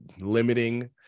limiting